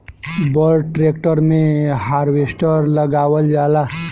बड़ ट्रेक्टर मे हार्वेस्टर लगावल जाला